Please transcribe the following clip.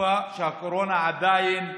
התקופה שהקורונה תהיה עדיין איתנו,